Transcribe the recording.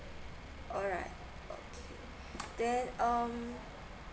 alright okay then um